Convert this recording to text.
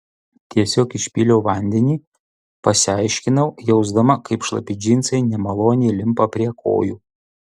tiesiog išpyliau vandenį pasiaiškinau jausdama kaip šlapi džinsai nemaloniai limpa prie kojų